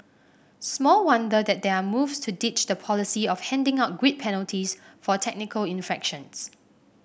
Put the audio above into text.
small wonder that there are moves to ditch the policy of handing out grid penalties for technical infractions